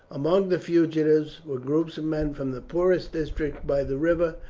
among the fugitives were groups of men from the poorest districts by the river,